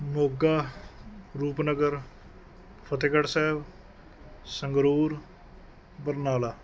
Moga Rupnagar Fatehgarh Sahib Sangrur Barnala